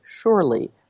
surely